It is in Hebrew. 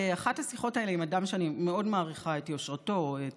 באחת השיחות האלה עם אדם שאני מאוד מעריכה את יושרתו,